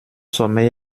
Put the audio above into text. sommeil